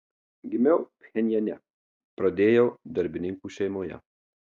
gimiau pchenjane pradėjau darbininkų šeimoje